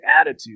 attitude